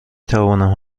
توانم